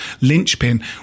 linchpin